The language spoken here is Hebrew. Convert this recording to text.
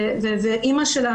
ואימא שלה,